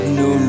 no